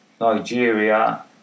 Nigeria